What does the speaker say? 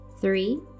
Three